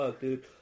dude